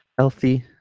healthy